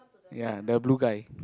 ya the blue guy